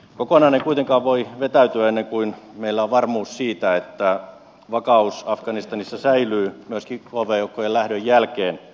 kokonaan ei kuitenkaan voi vetäytyä ennen kuin meillä on varmuus siitä että vakaus afganistanissa säilyy myöskin kv joukkojen lähdön jälkeen